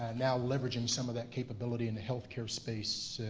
now leveraging some of that capability in the healthcare space,